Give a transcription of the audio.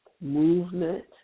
movement